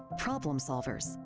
problem solvers,